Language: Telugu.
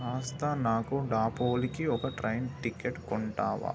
కాస్త నాకు డాపోలికి ఒక ట్రయిన్ టికెట్ కొంటావా